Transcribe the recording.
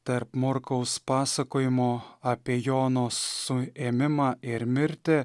tarp morkaus pasakojimo apie jono suėmimą ir mirtį